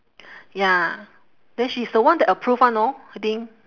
ya then she is the one that approve [one] know I think